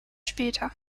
später